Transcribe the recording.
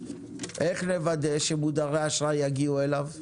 איך נוודא שמודרי אשראי יגיעו אליו?